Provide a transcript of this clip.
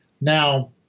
Now